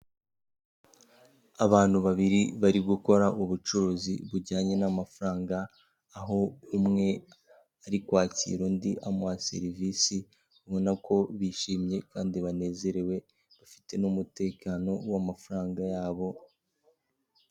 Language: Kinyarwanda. Abantu babiri bari gukora ubucuruzi bujyanye n'amafaranga, aho umwe ari kwakira undi amuha serivisi, ubona ko bishimye kandi banezerewe, bafite n'umutekano w'amafaranga yabo.